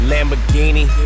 Lamborghini